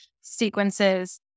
sequences